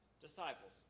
disciples